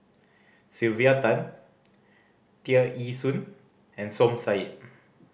Sylvia Tan Tear Ee Soon and Som Said